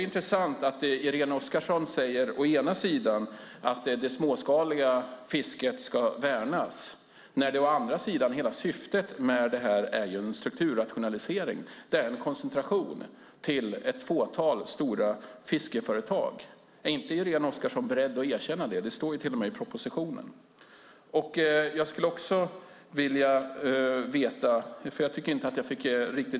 Irene Oskarsson säger att det småskaliga fisket ska värnas, men syftet med detta är ju en strukturrationalisering. Det är en koncentration till ett fåtal stora fiskeriföretag. Är inte Irene Oskarsson beredd att erkänna det? Det står till och med i propositionen.